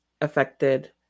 affected